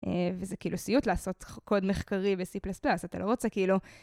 וזה כאילו סיוט לעשות קוד מחקרי ב-C++, אתה לא רוצה כאילו.